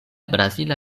brazila